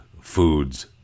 Foods